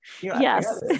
yes